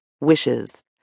Wishes